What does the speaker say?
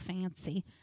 fancy